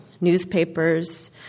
Newspapers